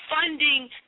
funding